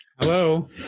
hello